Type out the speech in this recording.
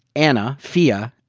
anna, phia,